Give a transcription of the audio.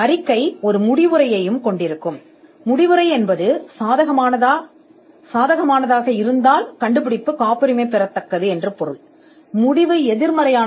இந்த முடிவு ஒரு சாதகமானதா சாதகமானதா என்பதைக் கண்டுபிடிப்பதில் அறிக்கை முடிவடையும்